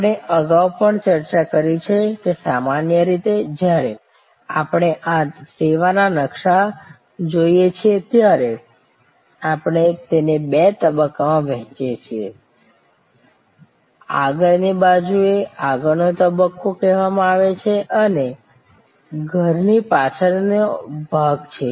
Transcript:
આપણે અગાઉ પણ ચર્ચા કરી છે કે સામાન્ય રીતે જ્યારે આપણે આ સેવાના નકશા જોઈએ છીએ ત્યારે આપણે તેને બે તબક્કામાં વહેંચીએ છીએ આગળની બાજુને આગળનો તબક્કો કહેવામાં આવે છે આ ઘરની પાછળનો ભાગ છે